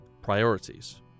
priorities